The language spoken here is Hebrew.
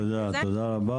תודה רבה.